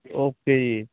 okay ਜੀ